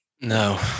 No